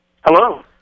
Hello